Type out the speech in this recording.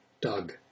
Doug